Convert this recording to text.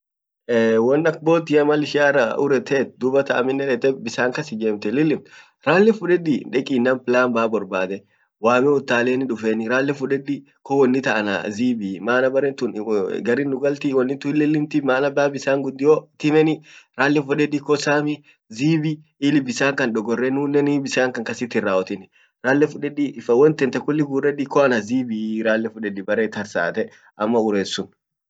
won ak bottia mal ishin arra urutet dubatn amminen dette bisan kas ijemti lilimt ralle fudedi deki nam plumber borbade wame utale dufeni rale fudedi ko wonni tan ana zibii mana baren wo garin nugalti wonin tun hinlilimti bisan gudio timeni ralle fudedi zibi ili bisan kan dogorre nunen bisan kasit hin rawwatin ralle fudedi won tante kulli guredi ko anazibii rale fudedi bare tarsate ama uret sun